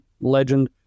legend